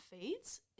feeds